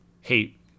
hate